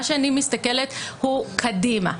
אני מסתכלת קדימה,